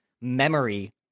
memory